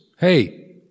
Hey